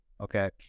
okay